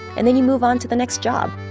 and then you move onto the next job.